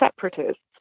separatists